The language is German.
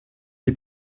die